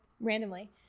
randomly